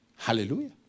Hallelujah